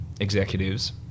Executives